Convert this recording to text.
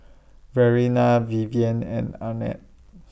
Verena Vivien and Arnett